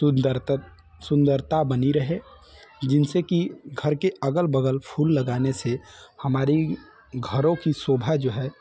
सुन्दरता सुन्दरता बनी रहे जिनसे की घर के अगल बगल फूल लगाने से हमारी घरों की शोभा जो है